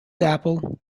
apple